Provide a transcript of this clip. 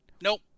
nope